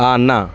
అన్నా